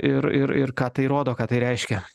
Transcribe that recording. ir ir ir ką tai rodo ką tai reiškia